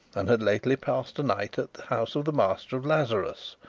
and had lately passed a night at the house of the master of lazarus.